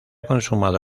consumado